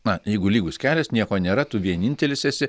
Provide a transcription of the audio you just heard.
na jeigu lygus kelias nieko nėra tu vienintelis esi